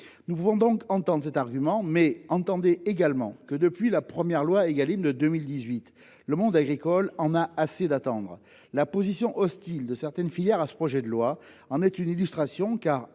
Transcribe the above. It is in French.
Nous pouvons entendre cet argument, mais entendez de votre côté que, depuis la première loi Égalim, qui date de 2018, le monde agricole en a assez d’attendre. La position hostile de certaines filières à ce projet de loi en est une illustration, car